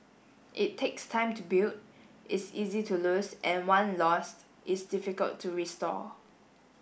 it takes time to build is easy to lose and one lost is difficult to restore